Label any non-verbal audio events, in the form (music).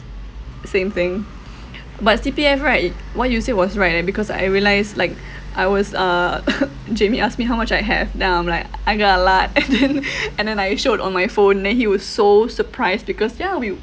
same thing but C_P_F right what you say was right eh because I realised like I was uh (laughs) jamie asked me how much I have then I'm like I got a lot (laughs) and then (laughs) and then I showed on my phone then he was so surprised because ya we